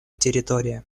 территория